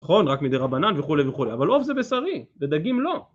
נכון רק מידי רבנן וכולי וכולי אבל עוף זה בשרי ודגים לא